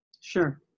Sure